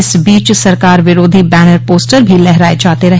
इस बीच सरकार विरोधी बैनर पोस्टर भी लहराये जाते रहे